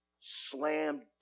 slammed